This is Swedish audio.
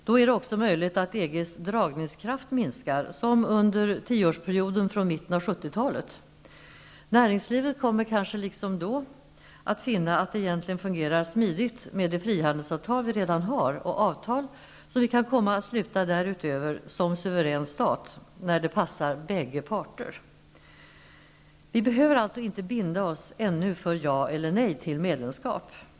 Då är det också möjligt att EG:s dragningskraft minskar, som under tioårsperioden från mitten av 70-talet och framåt. Näringslivet kommer kanske liksom då att finna att det egentligen fungerar smidigt med det frihandelsavtal vi redan har och med avtal som vi kan komma att sluta därutöver som suverän stat, när det passar bägge parter. Vi behöver alltså inte ännu binda oss för ja eller nej till medlemskap.